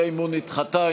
הצעת האי-אמון נדחתה.